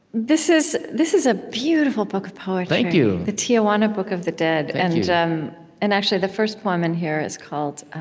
this is this is a beautiful book of poetry thank you the tijuana book of the dead. and um and actually, the first poem in here is called